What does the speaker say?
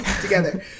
together